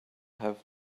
have